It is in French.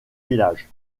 village